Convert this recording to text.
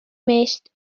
meest